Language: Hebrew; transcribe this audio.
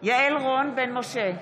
יעל רון בן משה,